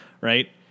Right